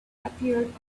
appeared